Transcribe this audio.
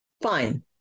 fine